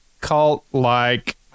cult-like